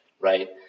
Right